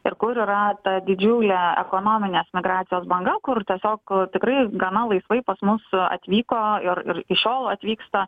ir kur yra ta didžiulė ekonominės migracijos banga kur tiesiog tikrai gana laisvai pas mus atvyko ir ir iki šiol atvyksta